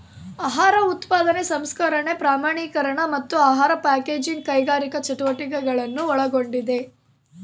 ಆಹಾರ ಉತ್ಪಾದನೆ ಸಂಸ್ಕರಣೆ ಪ್ರಮಾಣೀಕರಣ ಮತ್ತು ಆಹಾರ ಪ್ಯಾಕೇಜಿಂಗ್ ಕೈಗಾರಿಕಾ ಚಟುವಟಿಕೆಗಳನ್ನು ಒಳಗೊಂಡಿದೆ